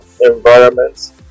environments